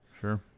Sure